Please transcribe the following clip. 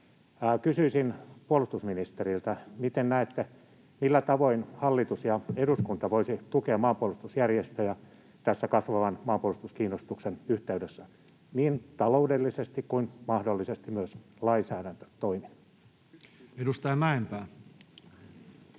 Kysyisin puolustusministeriltä: miten näette, millä tavoin hallitus ja eduskunta voisivat tukea maanpuolustusjärjestöjä tässä kasvavan maanpuolustuskiinnostuksen yhteydessä niin taloudellisesti kuin mahdollisesti myös lainsäädäntötoimin? Edustaja Mäenpää.